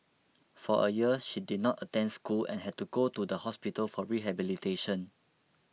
for a year she did not attend school and had to go to the hospital for rehabilitation